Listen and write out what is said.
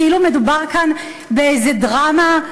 כאילו מדובר כאן באיזו דרמה.